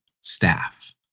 staff